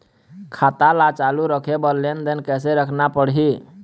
खाता ला चालू रखे बर लेनदेन कैसे रखना पड़ही?